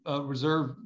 reserve